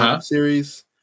series